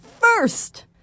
first